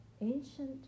ancient